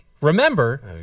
Remember